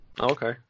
Okay